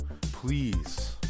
please